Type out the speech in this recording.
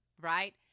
right